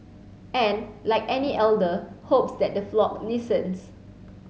and like any elder hopes that the flock listens